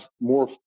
more